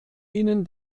ihnen